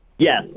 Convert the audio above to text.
Yes